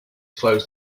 closed